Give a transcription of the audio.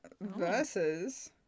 versus